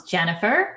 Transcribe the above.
Jennifer